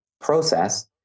process